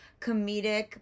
comedic